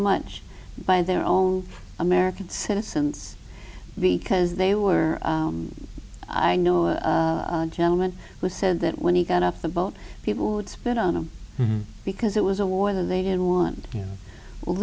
much by their own american citizens because they were i know a gentleman who said that when he got off the boat people would spit on him because it was a war they didn't want well